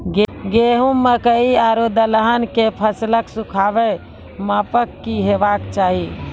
गेहूँ, मकई आर दलहन के फसलक सुखाबैक मापक की हेवाक चाही?